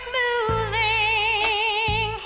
moving